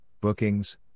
bookings